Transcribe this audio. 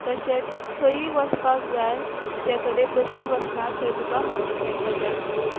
तशेंत खंयीय वसपाक जाय जे कडेन बसी वसना थंय तुका मोटसायकल जाय पडटा